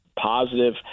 positive